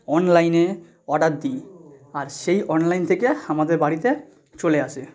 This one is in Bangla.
অনলাইনে অর্ডার দিই আর সেই অনলাইন থেকে আমাদের বাড়িতে চলে আসে